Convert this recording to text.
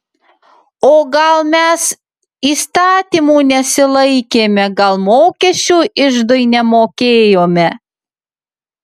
o gal mes įstatymų nesilaikėme gal mokesčių iždui nemokėjome